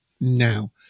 now